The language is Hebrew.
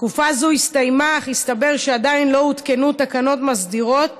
תקופה זו הסתיימה אך הסתבר שעדיין לא הותקנו תקנות מסדירות